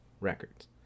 Records